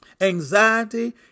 anxiety